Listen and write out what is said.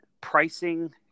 pricing